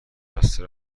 بسته